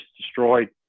destroyed